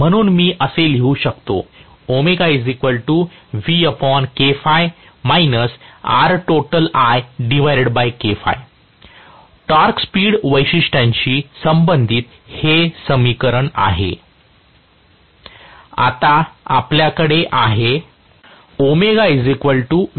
म्हणून मी हे असे लिहू शकतो टॉर्क स्पीड वैशिष्ट्यांशी संबंधित हे समीकरण आहे आता आपल्याकडे आहे